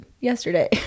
yesterday